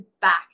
back